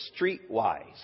streetwise